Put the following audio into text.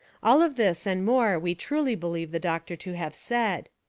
all of this and more we truly believe the doctor to have said.